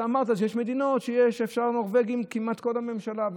אתה אמרת שיש מדינות ששם נורבגים כמעט כל הממשלה.